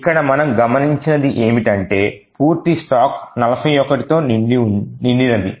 ఇక్కడ మనం గమనించినది ఏమిటంటే పూర్తి స్టాక్ 41 తో నిండినది